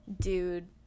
Dude